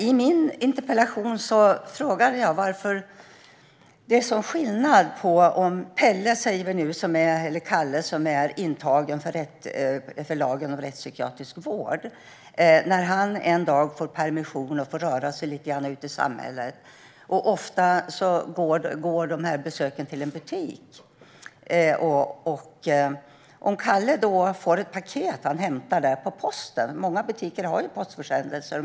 I min interpellation frågar jag varför det är en sådan skillnad om Pelle eller Kalle, som är intagen enligt lagen om rättspsykiatrisk vård, en dag får permission och får röra sig lite ute i samhället. Ofta besöker man då en butik, och Kalle kanske får ett paket som han hämtar på posten; många butiker har ju postförsändelser.